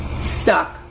stuck